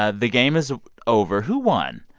ah the game is over. who won?